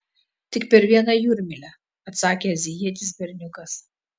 tik per vieną jūrmylę atsakė azijietis berniukas